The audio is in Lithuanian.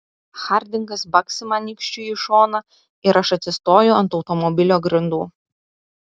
hardingas baksi man nykščiu į šoną ir aš atsistoju ant automobilio grindų